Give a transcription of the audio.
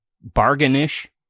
bargain-ish